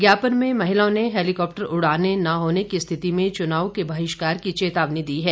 ज्ञापन में महिलाओं ने हवाई उड़ानें न होने की स्थिति में चुनाव के बहिष्कार की चेतावनी दी है